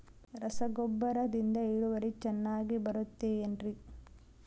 ರಸಗೊಬ್ಬರದಿಂದ ಇಳುವರಿ ಚೆನ್ನಾಗಿ ಬರುತ್ತೆ ಏನ್ರಿ?